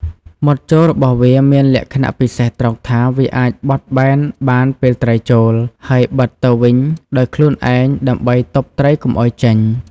មាត់ចូលរបស់វាមានលក្ខណៈពិសេសត្រង់ថាវាអាចបត់បែនបានពេលត្រីចូល ហើយបិទទៅវិញដោយខ្លួនឯងដើម្បីទប់ត្រីកុំឲ្យចេញ។